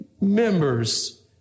members